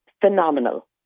phenomenal